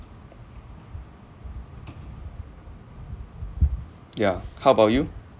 yeah how about you